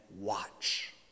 watch